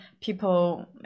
people